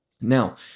Now